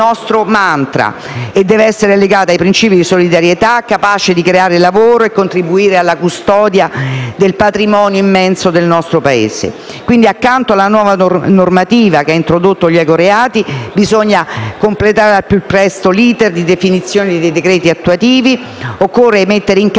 il nostro *mantra* e deve essere legata ai princìpi di solidarietà, capace di creare lavoro e contribuire alla custodia del patrimonio immenso del nostro Paese. Accanto alla nuova normativa che ha introdotto gli ecoreati, bisogna completare al più presto l'*iter* di definizione dei decreti attuativi. Occorre inoltre mettere in campo